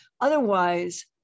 Otherwise